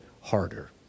harder